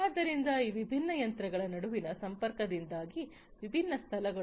ಆದ್ದರಿಂದ ಈ ವಿಭಿನ್ನ ಯಂತ್ರಗಳ ನಡುವಿನ ಸಂಪರ್ಕದಿಂದಾಗಿ ವಿಭಿನ್ನ ಸ್ಥಳಗಳು